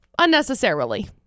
Unnecessarily